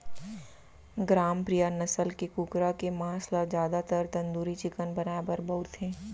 ग्रामप्रिया नसल के कुकरा के मांस ल जादातर तंदूरी चिकन बनाए बर बउरथे